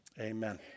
Amen